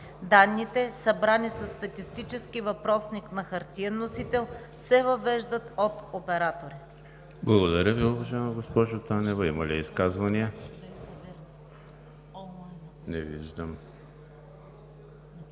Данните, събрани със статистически въпросник на хартиен носител, се въвеждат от оператори.“